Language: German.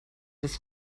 das